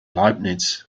leibniz